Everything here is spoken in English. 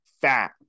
fat